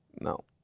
No